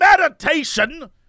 meditation